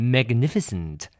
Magnificent